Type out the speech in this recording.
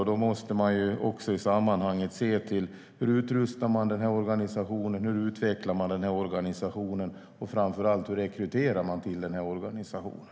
Då måste man också i sammanhanget se till hur man utrustar denna organisation, utvecklar den och, framför allt, hur man rekryterar till organisationen.